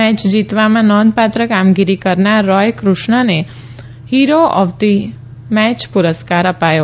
match જીતવામાં નોંધપાત્ર કામગીરી કરનાર રોય કૃષ્ણને હિરો ઓફ ધી મેચ પુરસ્કાર અપાયો